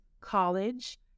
college